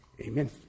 amen